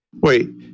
Wait